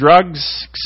drugs